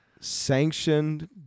sanctioned